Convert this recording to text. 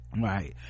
right